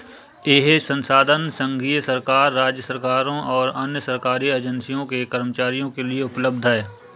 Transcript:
यह संसाधन संघीय सरकार, राज्य सरकारों और अन्य सरकारी एजेंसियों के कर्मचारियों के लिए उपलब्ध है